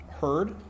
heard